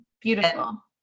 Beautiful